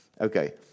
Okay